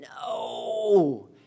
no